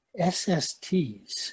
SSTs